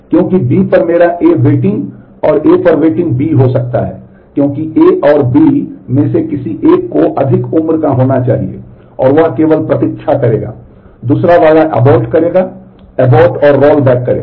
क्योंकि B पर मेरा A वेटिंग और A पर वेटिंग B हो सकता है क्योंकि A और B में से किसी एक को अधिक उम्र का होना चाहिए और वह केवल प्रतीक्षा करेगा दूसरा वाला अबो्र्ट करेगा अबो्र्ट और रोलबैक करेगा